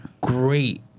great